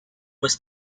was